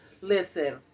Listen